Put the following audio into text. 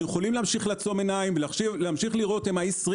יכולים להמשיך לעצום עיניים ולהמשיך לשאול האם ה-20